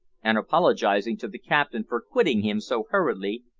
and, apologising to the captain for quitting him so hurriedly,